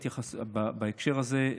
בהקשר הזה,